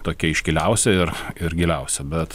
tokia iškiliausia ir ir giliausia bet